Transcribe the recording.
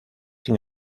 sin